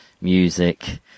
music